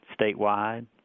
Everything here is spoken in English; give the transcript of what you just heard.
statewide